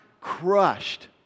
crushed